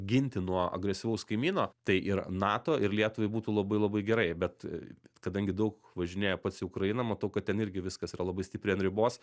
ginti nuo agresyvaus kaimyno tai yra nato ir lietuvai būtų labai labai gerai bet kadangi daug važinėja pats ukrainą matau kad ten irgi viskas yra labai stipriai an ribos